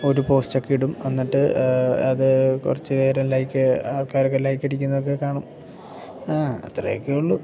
ഒരു പോസ്റ്റൊക്കെ ഇടും അന്നിട്ട് അത് കുറച്ച് പേര് ലൈക്ക് ആൾക്കാർ ഒക്കെ ലൈക്ക്ടിക്കുന്നതൊക്കെ കാണും ആ അത്രക്കെയെ ഉള്ളൂ